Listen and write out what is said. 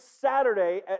Saturday